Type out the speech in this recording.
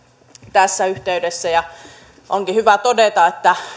tässä yhteydessä onkin hyvä todeta että